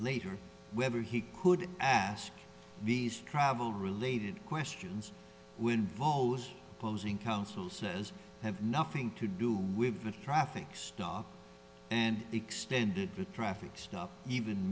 later whether he could ask these travel related questions when ball was opposing counsel says have nothing to do with the traffic stop and extended the traffic stop even